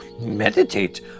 Meditate